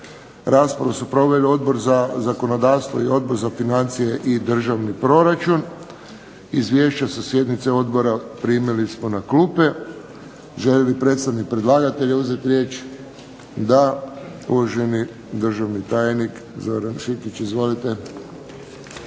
Raspravu su proveli Odbor za zakonodavstvo i Odbor za financije i državni proračun. Izvješća sa sjednice odbora primili smo na klupe. Želi li predstavnik predlagatelja uzet riječ? Da. Uvaženi državni tajnik Zoran Šikić, izvolite.